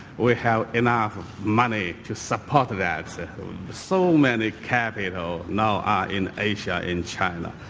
we have enough money to support that, so so many capital now are in asia, in china.